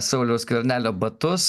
sauliaus skvernelio batus